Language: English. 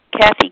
Kathy